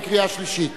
בקריאה שלישית.